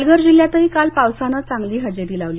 पालघर जिल्ह्यातही काल पावसानं चांगली हजेरी लावली